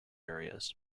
areas